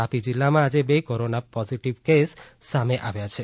તાપી જિલ્લામાં આજે બે કોરોના પોઝિટિવ કેસ સામે આવ્યા છે